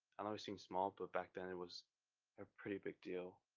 i know it seems small but back then it was a pretty big deal.